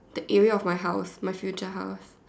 the area of my house my future house